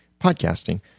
podcasting